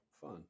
fun